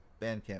Bandcamp